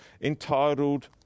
entitled